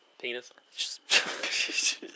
penis